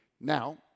Now